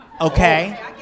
okay